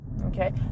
Okay